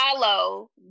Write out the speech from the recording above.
follow